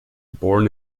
born